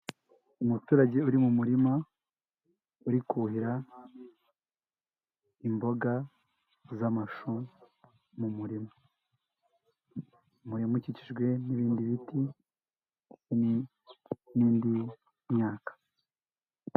Umuturage uri mu murima uri kuhira imboga z'amashu mu murima, umurima ukikijwe n'ibindi biti n'indi myaka.